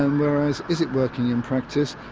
and whereas is it working in practice,